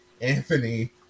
Anthony